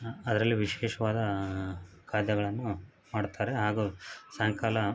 ಅದರಲ್ಲಿ ವಿಶೇಷವಾದ ಖಾದ್ಯಗಳನ್ನು ಮಾಡ್ತಾರೆ ಹಾಗೂ ಸಾಯಂಕಾಲ